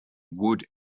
wood